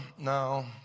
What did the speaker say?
no